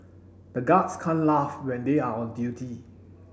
the guards can't laugh when they are on duty